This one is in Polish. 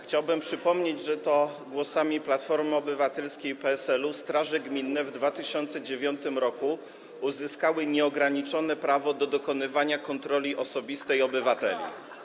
Chciałbym przypomnieć, że to głosami Platformy Obywatelskiej i PSL-u straże gminne w 2009 r. uzyskały nieograniczone prawo do dokonywania kontroli osobistej obywateli.